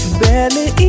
barely